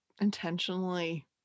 intentionally